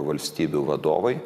valstybių vadovai